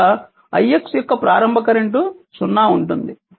కనుక ix యొక్క ప్రారంభ కరెంట్ 0 ఉంటుంది